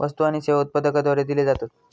वस्तु आणि सेवा उत्पादकाद्वारे दिले जातत